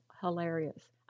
hilarious